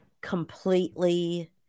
completely